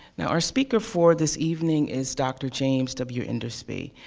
now, our speaker for this evening is dr. james w. endersby,